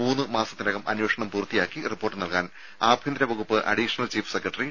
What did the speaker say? മൂന്ന് മാസത്തിനകം അന്വേഷണം പൂർത്തിയാക്കി റിപ്പോർട്ട് നൽകാൻ ആഭ്യന്തരവകുപ്പ് അഡീഷണൽ ചീഫ് സെക്രട്ടറി ടി